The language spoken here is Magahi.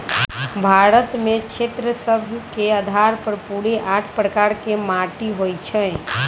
भारत में क्षेत्र सभ के अधार पर पूरे आठ प्रकार के माटि होइ छइ